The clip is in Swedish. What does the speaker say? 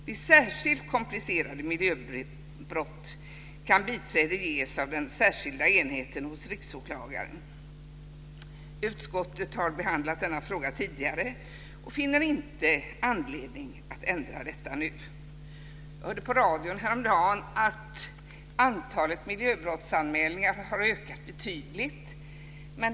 Vid särskilt komplicerade miljöbrott kan biträde ges av den särskilda enheten vid riksåklagaren. Utskottet har behandlat denna fråga tidigare och finner inte anledning att ändra detta nu. Jag hörde på radion häromdagen att antalet miljöbrottsanmälningar har ökat betydligt.